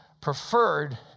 preferred